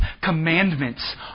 commandments